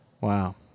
Wow